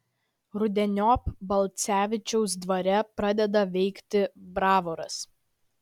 rudeniop balcevičiaus dvare pradeda veikti bravoras